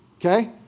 okay